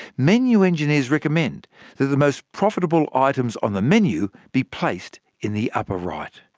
menu engineers recommend that the most profitable items on the menu be placed in the upper right.